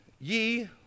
ye